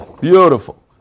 Beautiful